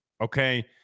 okay